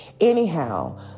Anyhow